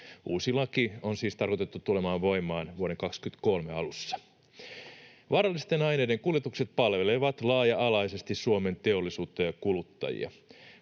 Uusi laki on siis tarkoitettu tulemaan voimaan vuoden 23 alussa. Vaarallisten aineiden kuljetukset palvelevat laaja-alaisesti Suomen teollisuutta ja kuluttajia.